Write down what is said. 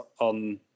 on